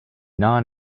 non